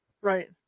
Right